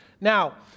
Now